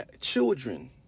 Children